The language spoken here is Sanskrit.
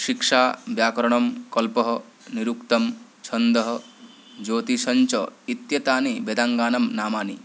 शिक्षा व्याकरणं कल्पः निरुक्तं छन्दः ज्योतिषञ्च इत्येतानि वेदाङ्गानां नामानि